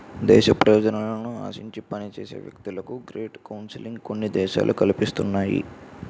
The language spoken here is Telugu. దేశ ప్రయోజనాలను ఆశించి పనిచేసే వ్యక్తులకు గ్రేట్ కౌన్సిలింగ్ కొన్ని దేశాలు కల్పిస్తున్నాయి